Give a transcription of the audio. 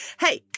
Hey